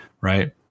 right